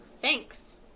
Thanks